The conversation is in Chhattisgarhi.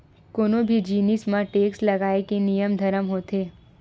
कोनो भी जिनिस म टेक्स लगाए के नियम धरम होथे